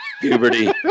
puberty